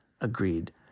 agreed